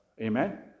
Amen